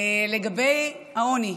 לגבי העוני,